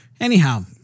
Anyhow